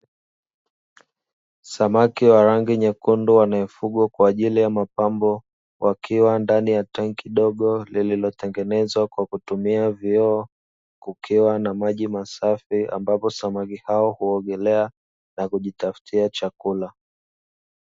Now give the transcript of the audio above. Samaki wa rangi nyekundu wanaofugwa kwa ajili ya mapambo, wakiwa ndani ya tenki dogo lililotengenezwa kwa kutumia vioo, kukiwa na maji masafi ambapo samaki hao huogelea na kujitafutia chakula.